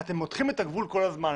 אתם מותחים את הגבול כל הזמן,